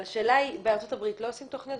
אבל השאלה היא בארצות הברית לא עושים תוכניות?